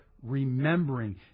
remembering